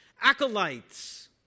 acolytes